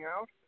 out